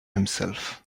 himself